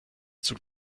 zug